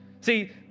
See